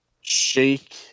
shake